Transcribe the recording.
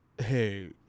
Hey